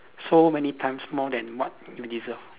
so many times more than what you deserve